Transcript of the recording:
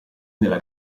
nella